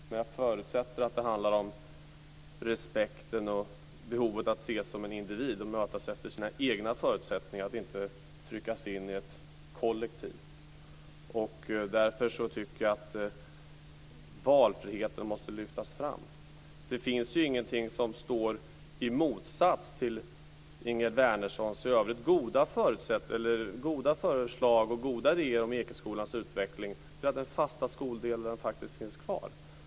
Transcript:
Men jag förutsätter att den handlar om respekten för och behovet av att ses som en individ och mötas efter sina egna förutsättningar, att inte tryckas in i ett kollektiv. Därför tycker jag att valfriheten måste lyftas fram. Det finns ingenting i Ingegerd Wärnerssons i övrigt goda förslag och goda idéer om Ekeskolans utveckling som står i motsats till att den fasta skoldelen faktiskt finns kvar.